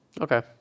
Okay